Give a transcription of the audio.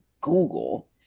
Google